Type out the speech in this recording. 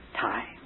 time